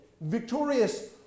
victorious